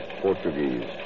Portuguese